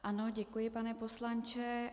Ano, děkuji pane poslanče.